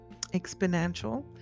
exponential